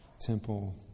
temple